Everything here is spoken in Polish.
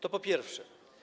To po pierwsze.